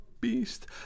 beast